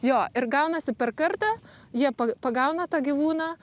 jo ir gaunasi per kartą jie pa pagauna tą gyvūną